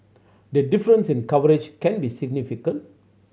the difference in coverage can be significant